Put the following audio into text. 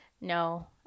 no